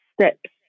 steps